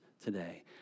today